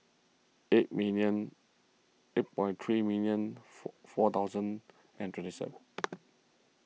eight million eight five three million four four thousand and three seven